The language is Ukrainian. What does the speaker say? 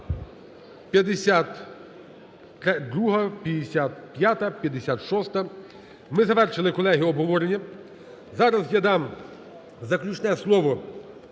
52-а. 55-а. 56-а. Ми завершили, колеги, обговорення. Зараз я дам заключне слово